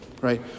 right